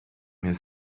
mir